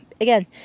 Again